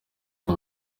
kwa